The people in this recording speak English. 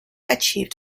achieved